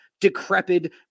decrepit